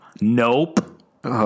Nope